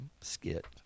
skit